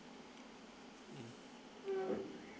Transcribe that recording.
mm